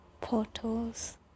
Portals